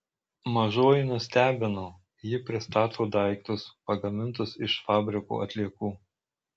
mažoji nustebino ji pristato daiktus pagamintus iš fabriko atliekų